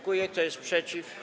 Kto jest przeciw?